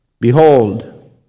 Behold